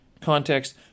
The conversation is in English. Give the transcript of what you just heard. context